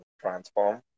transform